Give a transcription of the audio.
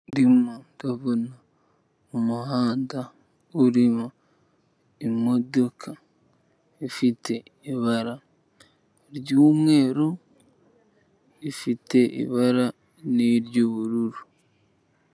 Ndimo ndabona mu muhanda urimo imodoka ifite ibara ry'umweru, ifite ibara n'iry'ubururu.